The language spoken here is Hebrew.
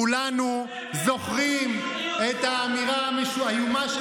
כולנו זוכרים את האמירה האיומה של